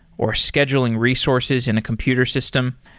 or scheduling resources in a computer system.